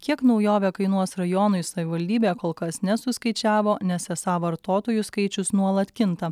kiek naujovė kainuos rajonui savivaldybė kol kas nesuskaičiavo nes esą vartotojų skaičius nuolat kinta